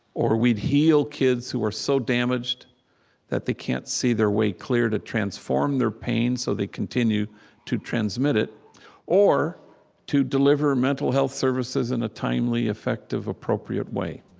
or we'd heal kids who are so damaged that they can't see their way clear to transform their pain, so they continue to transmit it or to deliver mental health services in a timely, effective, appropriate way.